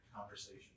conversation